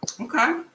Okay